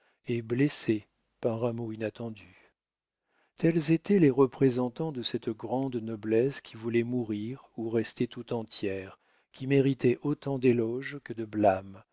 et blesser par un mot inattendu tels étaient les représentants de cette grande noblesse qui voulait mourir ou rester tout entière qui méritait autant d'éloge que de blâme